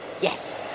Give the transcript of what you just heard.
yes